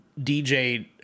dj